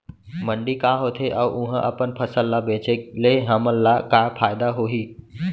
मंडी का होथे अऊ उहा अपन फसल ला बेचे ले हमन ला का फायदा होही?